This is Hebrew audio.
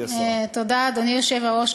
אדוני היושב-ראש,